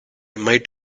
might